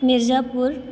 Mirzapur